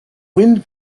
wind